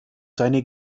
seine